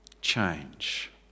change